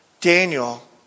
Daniel